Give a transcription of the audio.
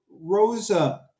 Rosa